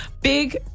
big